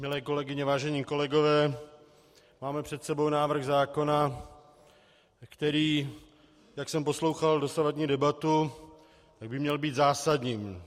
Milé kolegyně, vážení kolegové, máme před sebou návrh zákona, který, jak jsem poslouchal dosavadní debatu, měl by být zásadním.